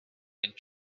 and